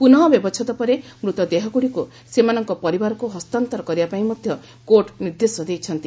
ପୁନଃ ବ୍ୟବଚ୍ଛେଦ ପରେ ମୃତଦେହଗୁଡ଼ିକୁ ସେମାନଙ୍କ ପରିବାରକୁ ହସ୍ତାନ୍ତର କରିବାପାଇଁ ମଧ୍ୟ କୋର୍ଟ ନିର୍ଦ୍ଦେଶ ଦେଇଛନ୍ତି